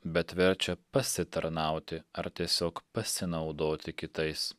bet verčia pasitarnauti ar tiesiog pasinaudoti kitais